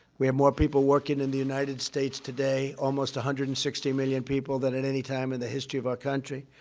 we have more people working in the united states today almost one hundred and sixty million people than at any time in the history of our country.